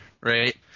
right